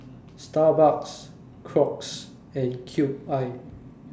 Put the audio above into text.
Starbucks Crocs and Cube I